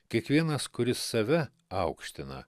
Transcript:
kiekvienas kuris save aukština